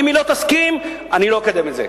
אם היא לא תסכים, אני לא אקדם את זה.